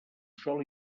sol